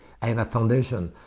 and a foundation,